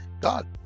god